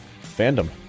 fandom